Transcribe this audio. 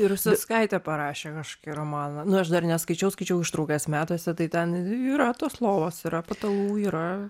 ruseckaitė parašė kašokį romaną nu aš dar neskaičiau skaičiau ištraukas metuose tai ten yra tos lovos yra patalų yra